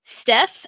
Steph